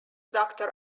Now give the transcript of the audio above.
doctor